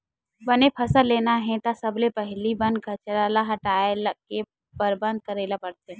बने फसल लेना हे त सबले पहिली बन कचरा ल हटाए के परबंध करे ल परथे